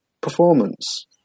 performance